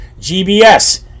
gbs